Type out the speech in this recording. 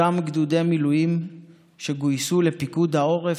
אותם גדודי מילואים שגויסו לפיקוד העורף,